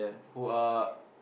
who are